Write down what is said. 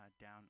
down